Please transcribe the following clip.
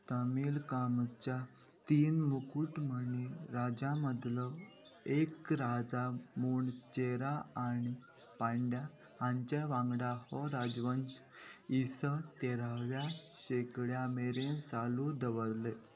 तमील कामच्या तीन मुकुटमणी राजा मदलो एक राजा मुणचेरा आनी पांड्या हांच्या वांगडा हो राजवंश इस तेराव्या शेंकड्या मेरेन चालू दवरले